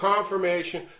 confirmation